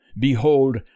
Behold